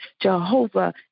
Jehovah